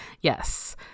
Yes